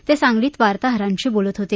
ते सांगलीत वार्ताहरांशी बोलत होते